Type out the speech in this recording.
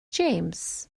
james